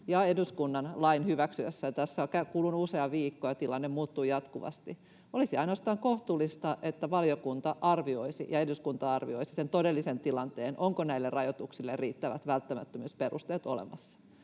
eduskunnan lain hyväksymisen välillä on kulunut usea viikko, ja tilanne muuttuu jatkuvasti — olisi ainoastaan kohtuullista, että valiokunta arvioisi ja eduskunta arvioisi sen todellisen tilanteen, onko näille rajoituksille riittävät välttämättömyysperusteet olemassa,